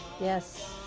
yes